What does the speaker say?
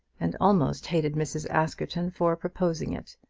and almost hated mrs. askerton for proposing it.